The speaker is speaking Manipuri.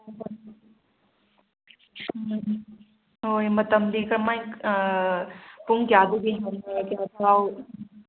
ꯍꯣꯏ ꯃꯇꯝꯗꯤ ꯀꯔꯃꯥꯏ ꯄꯨꯡ ꯀꯌꯥꯗꯒꯤ